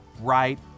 right